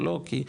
או לא,